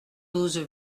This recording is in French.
douze